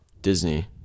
Disney